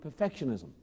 perfectionism